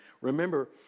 Remember